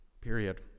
Period